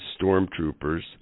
stormtroopers